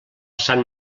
sant